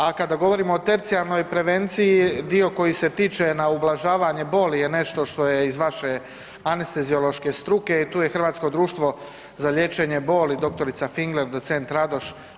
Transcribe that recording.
A kada govorimo o tercijarnoj prevenciji dio koji se tiče na ublažavanje boli je nešto što je iz vaše anesteziološke struke i tu je Hrvatsko društvo za liječenje boli, dr. Fingler, docent Radoš.